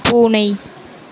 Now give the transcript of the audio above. பூனை